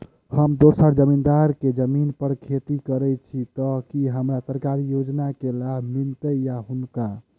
हम दोसर जमींदार केँ जमीन पर खेती करै छी तऽ की हमरा सरकारी योजना केँ लाभ मीलतय या हुनका?